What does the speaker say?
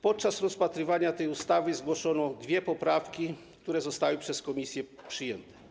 Podczas rozpatrywania tej ustawy zgłoszono dwie poprawki, które zostały przez komisję przyjęte.